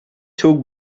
took